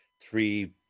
three